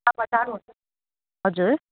लाभा टाढो हजुर